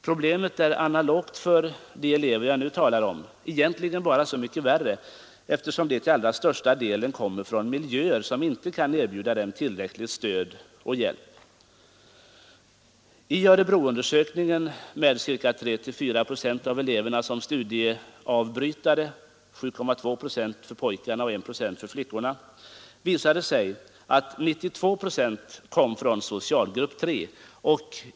Problemet är analogt för de elever jag nu talar om, egentligen bara så mycket värre eftersom de till allra största delen kommer från miljöer som inte kan erbjuda dem tillräckligt stöd och hjälp. Av de 3—4 procent av eleverna som enligt Örebroundersökningen var studieavbrytare — 7,2 procent för pojkar och 1 procent för flickor — att motverka tristess och vantrivsel i skolarbetet kom 92 procent från socialgrupp 3.